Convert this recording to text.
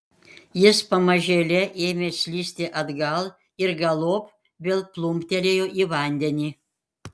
jis pamažėle ėmė slysti atgal ir galop vėl plumptelėjo į vandenį